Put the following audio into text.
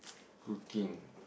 cooking